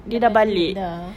balik lah